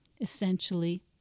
essentially